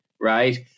right